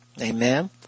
Amen